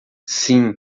sim